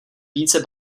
více